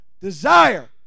desire